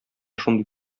шундый